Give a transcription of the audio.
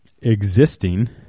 existing